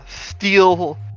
steal